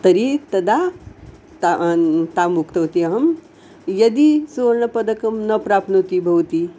तर्हि तदा ता ताम् उक्तवती अहं यदि सुवर्णपदकं न प्राप्नोति भवती